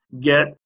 get